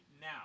now